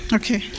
okay